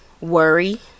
worry